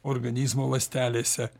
organizmo ląstelėse